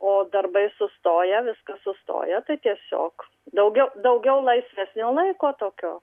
o darbai sustoję viskas sustoję tai tiesiog daugiau daugiau laisvesnio laiko tokio